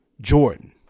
Jordan